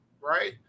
right